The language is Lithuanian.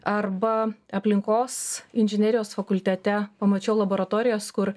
arba aplinkos inžinerijos fakultete pamačiau laboratorijas kur